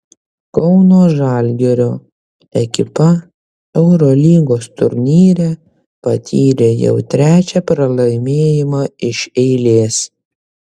kauno žalgirio ekipa eurolygos turnyre patyrė jau trečią pralaimėjimą iš eilės